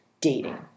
dating